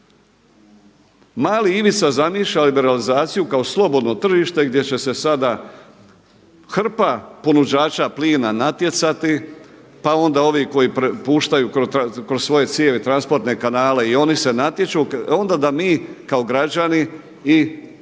Mali Ivica zamišlja liberalizaciju kao slobodno tržište gdje će se sada hrpa ponuđača plina natjecati, pa onda ovi koji puštaju kroz svoje cijevi transportne kanale i oni se natječu. Onda da mi kao građani i